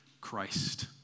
Christ